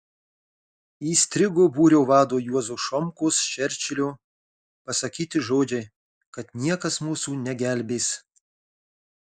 įstrigo būrio vado juozo šomkos čerčilio pasakyti žodžiai kad niekas mūsų negelbės